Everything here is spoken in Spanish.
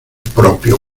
propio